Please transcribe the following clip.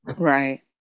Right